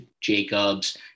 Jacobs